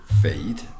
feed